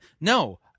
No